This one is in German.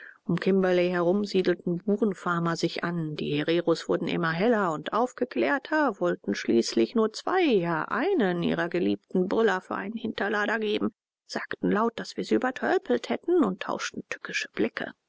kimberley herum siedelten burenfarmer sich an die hereros wurden immer heller und aufgeklärter wollten schließlich nur zwei ja einen ihrer geliebten brüller für einen hinterlader geben sagten laut daß wir sie übertölpelt hätten und tauschten tückische blicke